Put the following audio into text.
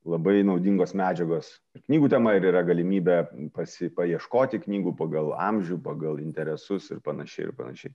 labai naudingos medžiagos knygų tema ir yra galimybė pasi paieškoti knygų pagal amžių pagal interesus ir panašiai ir panašiai